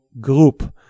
group